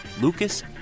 Lucas